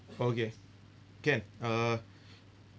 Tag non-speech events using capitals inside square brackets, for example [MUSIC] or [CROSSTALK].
okay can uh [BREATH]